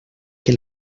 que